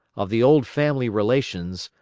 of the old family relations,